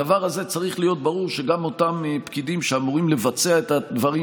הדבר הזה צריך להיות ברור: גם אותם פקידים שאמורים לבצע את הדברים,